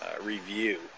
review